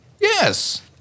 Yes